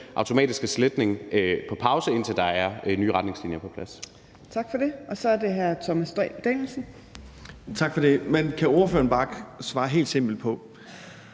automatiske sletning på pause, indtil der er nye retningslinjer på plads.